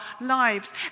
lives